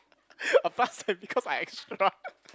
I passed eh because I extra